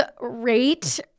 rate